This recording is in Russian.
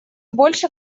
больше